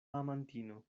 amantino